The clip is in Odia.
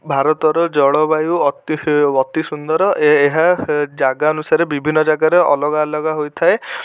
ଭାରତର ଜଳବାୟୁ ଅତି ଅତି ସୁନ୍ଦର ଏ ଏହା ଜାଗା ଅନୁସାରେ ବିଭିନ୍ନ ଜାଗାରେ ଅଲଗା ଅଲଗା ହୋଇଥାଏ